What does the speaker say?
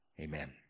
Amen